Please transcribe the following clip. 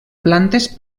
plantes